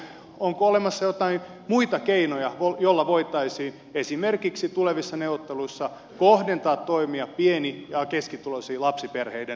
onko olemassa jotain muita keinoja joilla voitaisiin esimerkiksi tulevissa neuvotteluissa kohdentaa toimia pieni ja keskituloisien lapsiperheiden aseman helpottamiseksi